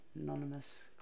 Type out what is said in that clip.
anonymous